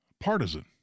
partisan